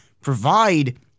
provide